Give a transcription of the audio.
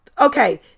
okay